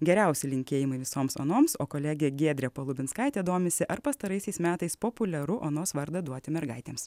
geriausi linkėjimai visoms onoms o kolegė giedrė palubinskaitė domisi ar pastaraisiais metais populiaru onos vardą duoti mergaitėms